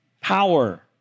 power